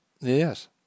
Yes